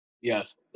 Yes